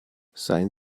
seien